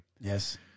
Yes